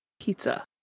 Pizza